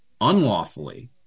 unlawfully